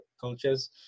cultures